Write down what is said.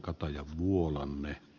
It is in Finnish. arvoisa puhemies